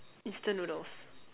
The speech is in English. instant noodles